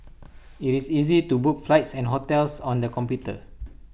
IT is easy to book flights and hotels on the computer